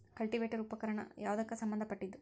Cultivator ಉಪಕರಣ ಯಾವದಕ್ಕ ಸಂಬಂಧ ಪಟ್ಟಿದ್ದು?